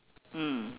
mm